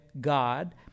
God